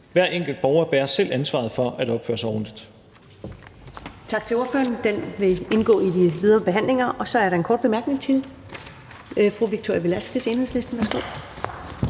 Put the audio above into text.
Hver enkelt borger bærer selv ansvaret for at opføre sig ordentligt.«